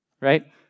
right